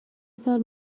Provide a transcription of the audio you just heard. سال